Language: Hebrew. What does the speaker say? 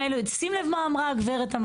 שים לב מה אמרה הגברת המדהימה הזו,